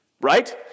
Right